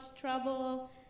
trouble